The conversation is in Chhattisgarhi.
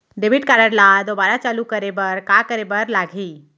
डेबिट कारड ला दोबारा चालू करे बर का करे बर लागही?